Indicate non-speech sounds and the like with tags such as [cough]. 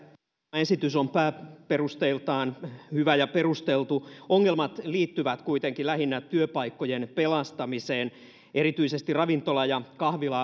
tämä esitys on pääperusteiltaan hyvä ja perusteltu ongelmat liittyvät kuitenkin lähinnä työpaikkojen pelastamiseen erityisesti ravintola ja kahvila [unintelligible]